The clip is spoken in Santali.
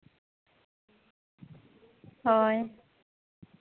ᱦᱳᱭ